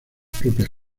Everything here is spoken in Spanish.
propias